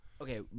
Okay